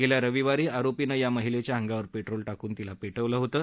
गेल्या रविवारी आरोपीनं या महिलेच्या अंगावर पेट्रोल श्कून पेविलं होतं